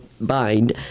bind